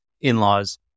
in-laws